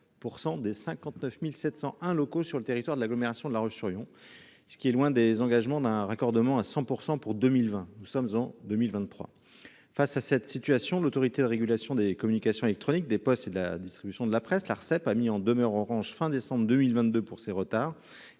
des 59.701 locaux sur le territoire de l'agglomération de La Roche-sur-Yon. Ce qui est loin des engagements d'un raccordement à 100% pour 2020, nous sommes en 2023. Face à cette situation, l'Autorité de régulation des communications électroniques, des postes et de la distribution de la presse. L'Arcep a mis en demeure Orange fin décembre 2022 pour ses retards.